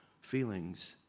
feelings